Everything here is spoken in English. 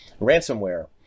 ransomware